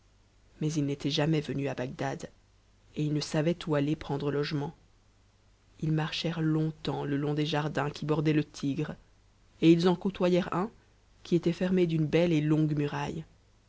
mais il n'était jamais venu à bagdad et il ne savait où a cr prendre logement ils marchèrent longtemps le long des jardins qui bordaient le tigre et ils en côtoyèrent un qui était fermé d'une belle et tongue muraille